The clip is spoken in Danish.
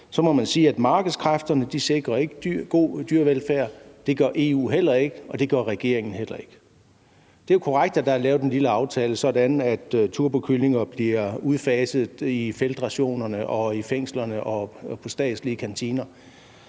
tale, at markedskræfterne ikke sikrer god dyrevelfærd. Det gør EU heller ikke, og det gør regeringen heller ikke. Det er jo korrekt, at der er lavet en lille aftale, sådan at turbokyllinger bliver udfaset i feltrationerne og i fængslerne og i statslige kantiner.